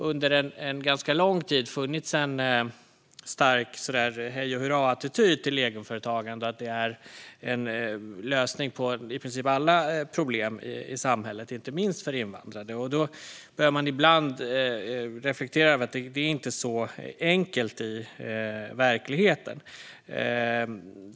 Under en ganska lång tid har det funnits en stark hej-och-hurra-attityd till egenföretagande - att det är lösningen på i princip alla problem i samhället, inte minst för invandrade. Ibland behöver man reflektera över att det inte är så enkelt i verkligheten.